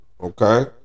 okay